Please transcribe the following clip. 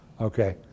Okay